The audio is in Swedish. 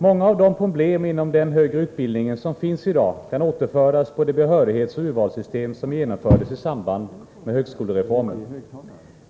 Många av de problem som finns i dag inom den högre utbildningen kan återföras på det behörighetsoch urvalssystem som genomfördes i samband med högskolereformen.